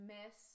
Miss